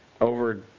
over